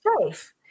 safe